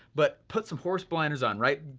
but put some horse blinders on, right,